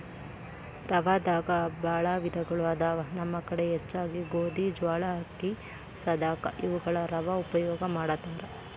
ರವಾದಾಗ ಬಾಳ ವಿಧಗಳು ಅದಾವ ನಮ್ಮ ಕಡೆ ಹೆಚ್ಚಾಗಿ ಗೋಧಿ, ಜ್ವಾಳಾ, ಅಕ್ಕಿ, ಸದಕಾ ಇವುಗಳ ರವಾ ಉಪಯೋಗ ಮಾಡತಾರ